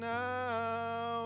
now